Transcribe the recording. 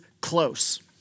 close